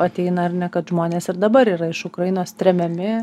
ateina ir ne kad žmonės ir dabar yra ukrainos tremiami